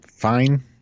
Fine